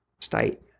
state